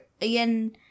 again